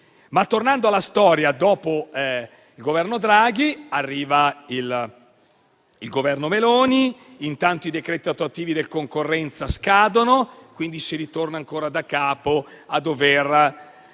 tornando alla storia, dopo il Governo Draghi arriva il Governo Meloni: intanto i decreti attuativi del decreto concorrenza scadono e, quindi, si ritorna daccapo a dover